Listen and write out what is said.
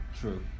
True